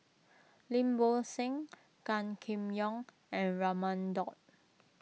Lim Bo Seng Gan Kim Yong and Raman Daud